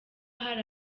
hari